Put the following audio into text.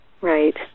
Right